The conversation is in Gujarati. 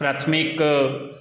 પ્રાથમિક